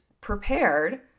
prepared